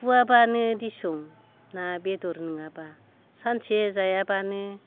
खुहाबानो दिसुं ना बेदर नङाबा सानसे जायाबानो